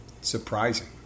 Surprising